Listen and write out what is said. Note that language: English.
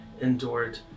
endured